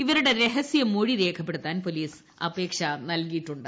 ഇവരുടെ രഹസ്യമൊഴി രേഖപ്പെടുത്താൻ പൊലീസ് അപേക്ഷ നൽകിയിട്ടുണ്ട്